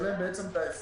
תשלום את ההפרש,